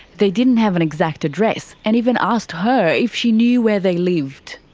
they didn't have an exact address, and even asked her if she knew where they lived.